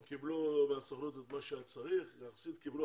הם קיבלו מהסוכנות את מה שהיה צריך ויחסית הם קיבלו,